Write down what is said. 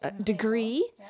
degree